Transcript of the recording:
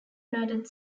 united